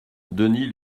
denis